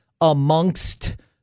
amongst